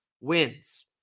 wins